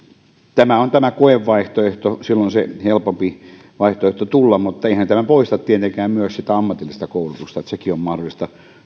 tämä koevaihtoehto on silloin se helpompi vaihtoehto tulla alalle mutta eihän tämä tietenkään poista sitä ammatillista koulutusta sekin on mahdollista